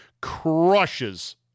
crushes